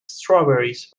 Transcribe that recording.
strawberries